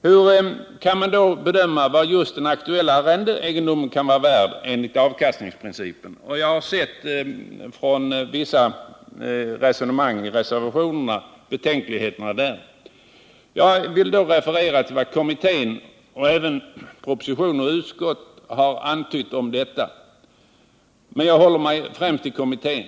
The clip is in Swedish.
Hur kan man då bedöma vad den aktuella arrendeegendomen kan vara värd enligt avkastningsprincipen? Jag har sett att det i reservationerna förs fram vissa betänkligheter därvidlag. Jag vill då referera till vad kommittén och även propositionen och utskottet har antytt om detta — jag håller mig främst till kommittén.